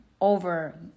over